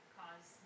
cause